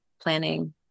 planning